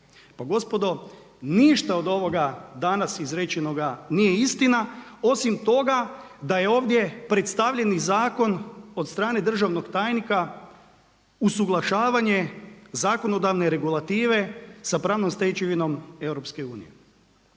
Pa gospodo ništa od ovoga danas izrečenoga nije istina osim toga da je ovdje predstavljeni zakon od strane državnog tajnika usuglašavanje zakonodavne regulative sa pravnom stečevinom EU.